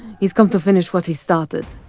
he's come to finish what he started!